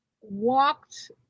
walked